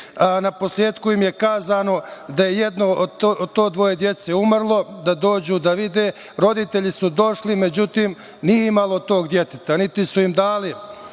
Na kraju im je rečeno da je jedno od to dvoje dece umrlo da dođu da vide. Roditelji su došli, međutim, nije bilo tog deteta, niti su im dali